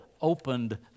opened